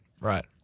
Right